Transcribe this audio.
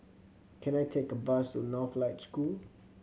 can I take a bus to Northlight School